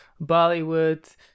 Bollywood